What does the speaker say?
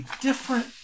different